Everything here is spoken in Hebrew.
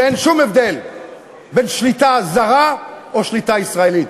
שאין שום הבדל בין שליטה זרה לשליטה ישראלית.